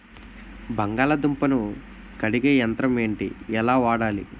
బంగాళదుంప ను కడిగే యంత్రం ఏంటి? ఎలా వాడాలి?